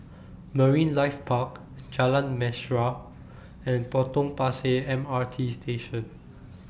Marine Life Park Jalan Mesra and Potong Pasir M R T Station